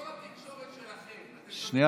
דודי, כל התקשורת שלכם, אתם יודעים את זה.